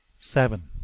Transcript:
seven.